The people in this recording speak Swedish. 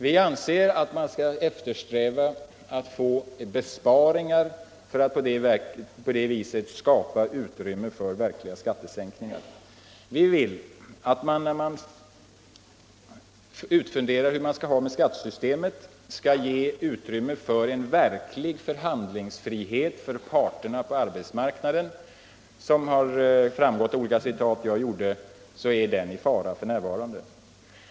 Vi anser att man skall eftersträva besparingar för att på det viset skapa utrymme för verkliga skattesänkningar. När man funderar ut hur man skall ha det med skattesystemet, skall man ge utrymme för en verklig förhandlingsfrihet för parterna på arbetsmarknaden. Som det framgick av olika citat jag gjorde, är denna förhandlingsfrihet i fara för närvarande.